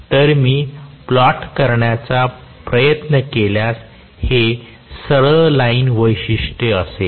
तर मी प्लॉट करण्याचा प्रयत्न केल्यास हे सरळ लाईन वैशिष्ट्ये असेल